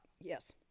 yes